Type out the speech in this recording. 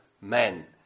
men